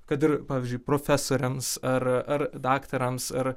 kad ir pavyzdžiui profesoriams ar ar daktarams ar